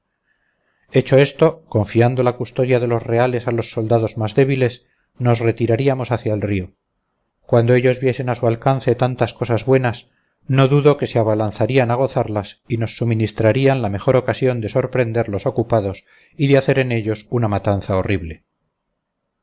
manjares hecho esto confiando la custodia de los reales a los soldados más débiles nos retiraríamos hacia el río cuando ellos viesen a su alcance tantas cosas buenas no dudo que se abalanzarían a gozarlas y nos suministrarían la mejor ocasión de sorprenderlos ocupados y de hacer en ellos una matanza horrible